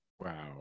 Wow